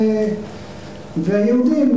והיהודים,